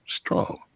strong